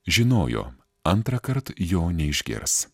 žinojo antrąkart jo neišgirs